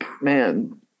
Man